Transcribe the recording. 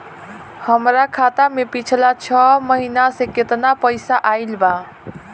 हमरा खाता मे पिछला छह महीना मे केतना पैसा आईल बा?